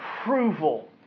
approval